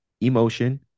Emotion